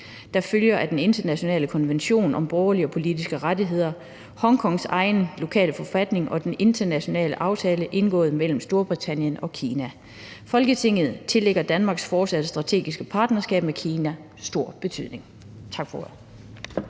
der følger af den internationale konvention om borgerlige og politiske rettigheder, Hongkongs egen lokale forfatning og den internationale aftale indgået imellem Storbritannien og Kina. Folketinget tillægger Danmarks fortsatte strategiske partnerskab med Kina stor betydning.« (Forslag